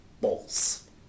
balls